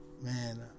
man